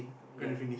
ya